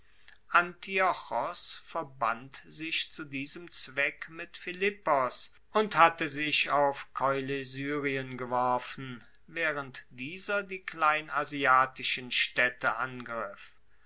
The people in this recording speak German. verband sich zu diesem zweck mit philippos und hatte sich auf koilesyrien geworfen waehrend dieser die kleinasiatischen staedte angriff